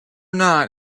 not